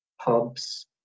pubs